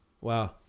Wow